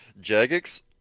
Jagex